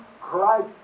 Christ